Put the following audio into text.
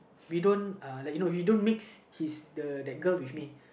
we don't uh like you know he don't mix his the that girl with me